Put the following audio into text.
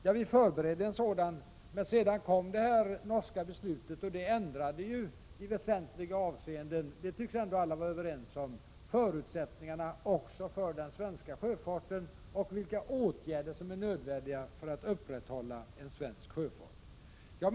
Ja, vi förberedde en sådan, men sedan kom det norska beslutet, och det ändrade i väsentliga avseenden — det tycks ändå alla vara överens om — förutsättningarna också för den svenska sjöfarten och de åtgärder som var nödvändiga för att upprätthålla en svensk sjöfart.